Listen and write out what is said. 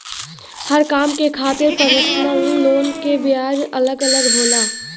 हर काम के खातिर परसनल लोन के ब्याज अलग अलग होला